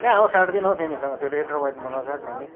कहाँ हौ साट्दिनँ हौ तिमीसँग त्यो रेड र व्हाइट म नसाट्ने नि